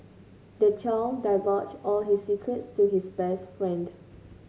the child divulged all his secrets to his best friend